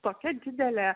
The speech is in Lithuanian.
tokia didelė